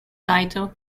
title